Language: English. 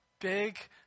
big